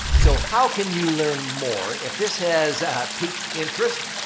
so, how can you learn more if this has piqued interest,